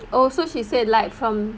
oh so she said like from